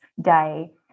day